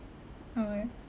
oh ya